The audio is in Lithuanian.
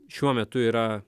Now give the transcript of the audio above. šiuo metu yra